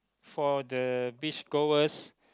for the beach goers